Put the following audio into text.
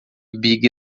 big